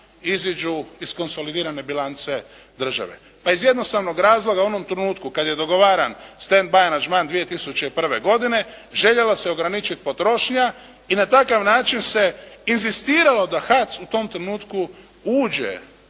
iziđu iz konsolidirane bilance države. Pa iz jednostavnog razloga u onom trenutku kada je dogovaran stand by aranžman 2001. godine željela se ograničiti potrošnja i na takav način se inzistiralo da HAC u tom trenutku uđe